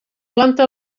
planta